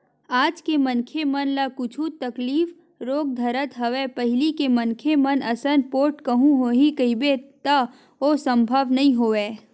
आज के मनखे मन ल कुछु तकलीफ रोग धरत हवय पहिली के मनखे मन असन पोठ कहूँ होही कहिबे त ओ संभव नई होवय